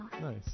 Nice